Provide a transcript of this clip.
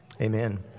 Amen